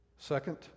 Second